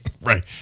Right